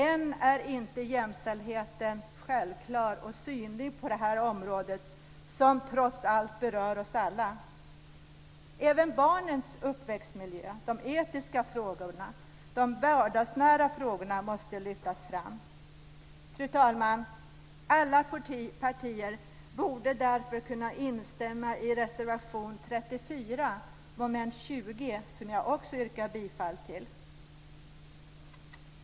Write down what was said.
Ännu är inte jämställdheten självklar och synlig på det här området, som trots allt berör oss alla. Även barnens uppväxtmiljö, de etiska frågorna och de vardagsnära frågorna måste lyftas fram. Fru talman! Alla partier borde därför kunna instämma i reservation 34 under mom. 20, som jag också yrkar bifall till.